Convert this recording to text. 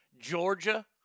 Georgia